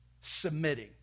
submitting